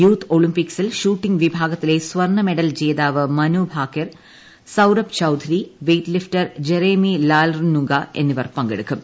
youth ഒളിമ്പിക്സിൽ shooting വിഭാഗത്തിലെ സ്വർണ്ണ മെഡൽ ജേതാവ് Manu Bhaker Saurabh Chaudhary weightlifter Jeremy Lalrinnunga എന്നിവർ പങ്കെടുക്കും